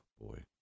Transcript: boy